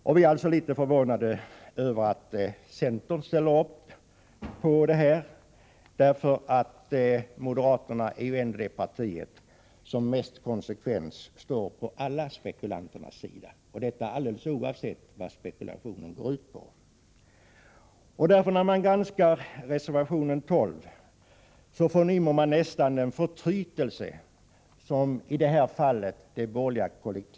Vi är som sagt litet förvånade över att också centern ställer sig bakom det här — moderata samlingspartiet är ju ändå det parti som mest konsekvent står på alla spekulanters sida, alldeles oavsett vad spekulationen går ut på. När man granskar reservation 12 förnimmer man nästan den förtrytelse som det borgerliga kollektivet i det här fallet känner.